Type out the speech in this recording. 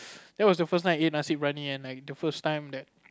that was the first time I ate nasi-bryani and like the first time that